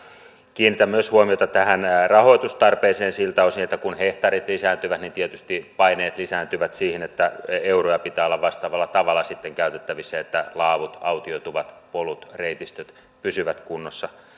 kiinnitän myös huomiota rahoitustarpeeseen siltä osin että kun hehtaarit lisääntyvät niin tietysti paineet lisääntyvät siihen että euroja pitää olla vastaavalla tavalla käytettävissä että laavut autioituvat polut reitistöt pysyvät kunnossa